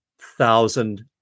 thousand